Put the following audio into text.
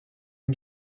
une